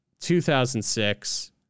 2006